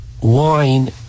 wine